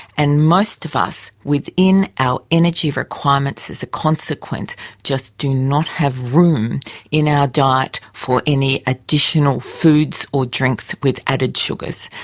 and most of us within our energy requirements as a consequent just do not have room in our diet for any additional foods or drinks with added sugars.